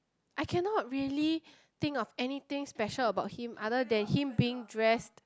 I cannot really think of anything special about him other than him being dressed